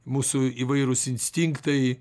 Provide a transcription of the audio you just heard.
mūsų įvairūs instinktai